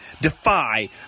Defy